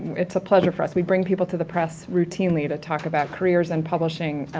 it's a pleasure for us. we bring people to the press routinely to talk about careers and publishing,